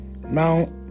Mount